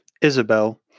Isabel